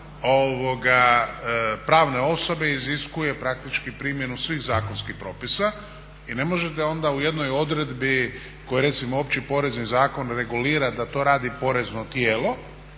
pravne osobe iziskuje praktični primjenu svih zakonskih propisa i ne možete onda u jednoj odredbi koju recimo Opći porezni zakon regulira da to radi porezno tijelo,